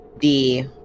the-